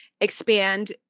expand